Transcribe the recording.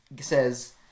says